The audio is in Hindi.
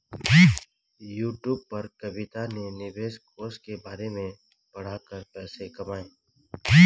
यूट्यूब पर कविता ने निवेश कोष के बारे में पढ़ा कर पैसे कमाए